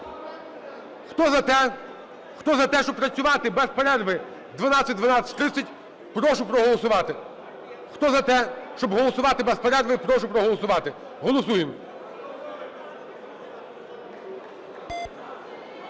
Хто за те, щоб працювати без перерви о 12:00-12:30, прошу проголосувати. Хто за те, щоб голосувати без перерви, прошу проголосувати. Голосуємо.